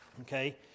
Okay